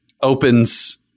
opens